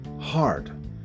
hard